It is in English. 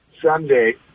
Sunday